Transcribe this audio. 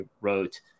wrote